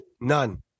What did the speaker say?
None